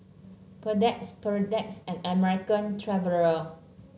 Perdex Perdex and American Traveller